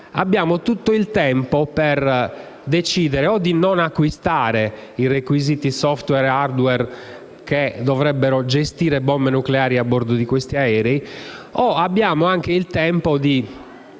abbiamo tutto il tempo per decidere di non acquisire i requisiti *software* e *hardware* che dovrebbero gestire bombe nucleari a bordo di questi aerei ovvero di